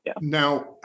Now